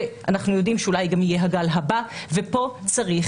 אנחנו יודעים שאולי גם יהיה הגל הבא וכאן צריך